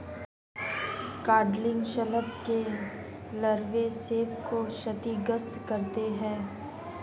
codling शलभ के लार्वे सेब को क्षतिग्रस्त करते है